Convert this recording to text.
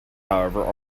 however